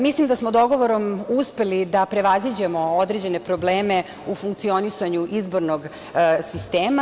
Mislim da smo dogovorom uspeli da prevaziđemo određene probleme u funkcionisanju izbornog sistema.